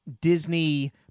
Disney